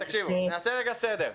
נעשה רגע סדר.